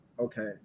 Okay